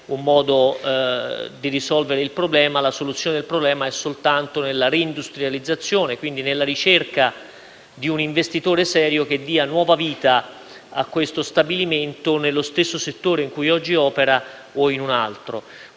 un modo di risolvere il problema. La soluzione del problema è soltanto nella reindustrializzazione, quindi nella ricerca di un investitore serio che dia nuova vita a questo stabilimento, nello stesso settore in cui oggi opera o in un altro.